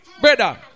Brother